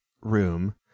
room